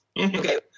Okay